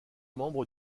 membre